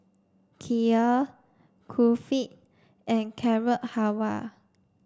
Kheer Kulfi and Carrot Halwa